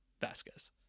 Vasquez